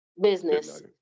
business